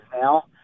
now